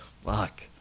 Fuck